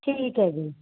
ਠੀਕ ਹੈ ਜੀ